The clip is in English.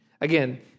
Again